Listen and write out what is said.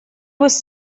was